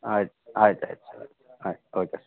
ಆಯ್ತು ಆಯ್ತು ಆಯ್ತು ಸರ್ ಆಯ್ತು ಓಕೆ ಸರ್